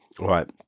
right